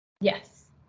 Yes